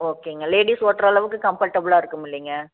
ஓகேங்க லேடீஸ் ஓட்டுற அளவுக்கு கம்ஃபர்ட்டபுளா இருக்கும் இல்லைங்க